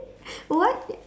what